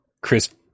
Chris